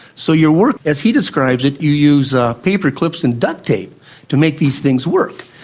so your work, as he describes it, you use ah paperclips and duct tape to make these things work.